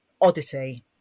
oddity